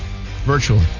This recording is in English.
virtually